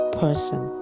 person